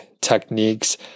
techniques